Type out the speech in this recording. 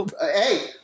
Hey